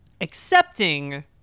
accepting